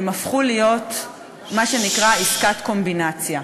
הפכו להיות מה שנקרא עסקת קומבינציה,